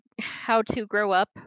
how-to-grow-up